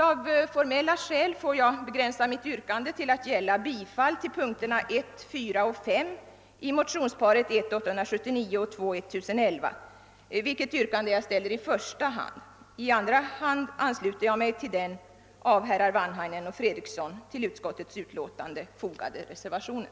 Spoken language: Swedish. Av formella skäl får jag begränsa mitt yrkande till att gälla bifall till punkterna 1, 4 och 5 i motionsparet I: 879 och II: 1011. Detta yrkande ställer jag i första hand och i andra hand ansluter jag mig till den av herrar Wanhainen och Fredriksson vid utskottets utlåtande fogade reservationen.